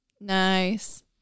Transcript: Nice